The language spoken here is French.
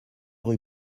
rue